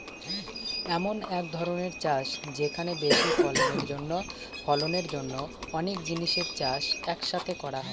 এমন এক ধরনের চাষ যেখানে বেশি ফলনের জন্য অনেক জিনিসের চাষ এক সাথে করা হয়